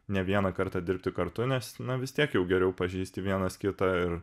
ne vieną kartą dirbti kartu nes na vis tiek jau geriau pažįsti vienas kitą ir